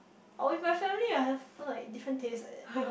or with my family I have like different taste like that